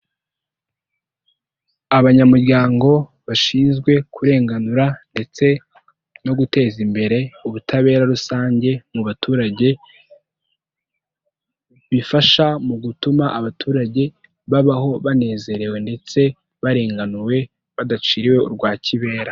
Abanyamuryango bashinzwe kurenganura ndetse no guteza imbere ubutabera rusange mu baturage, bifasha mu gutuma abaturage babaho banezerewe ndetse barenganuwe badaciriwe urwa kibera.